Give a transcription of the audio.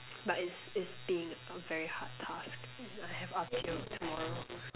but it's it's been a very hard task and I have up till tomorrow